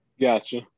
Gotcha